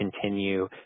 continue